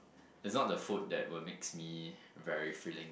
it's not the food that will makes me very filling